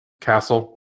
castle